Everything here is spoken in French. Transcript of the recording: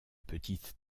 petite